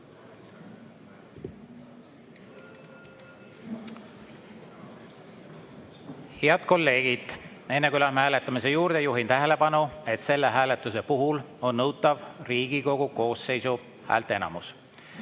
kolleegid! Enne, kui läheme hääletamise juurde, juhin tähelepanu, et selle hääletuse puhul on nõutav Riigikogu koosseisu häälteenamus.